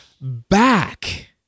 back